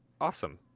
Awesome